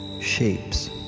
shapes